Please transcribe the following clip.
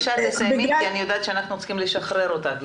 בבקשה תסיימי כי אני יודעת שאנחנו צריכים לשחרר אותך.